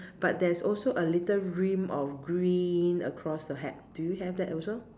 but there's also a little rim of green across the hat do you have that also